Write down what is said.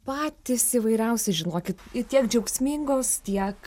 patys įvairiausi žinokit ir tiek džiaugsmingos tiek